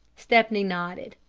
stepney nodded.